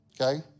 okay